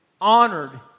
honored